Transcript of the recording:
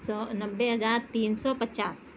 سو نبے ہزار تین سو پچاس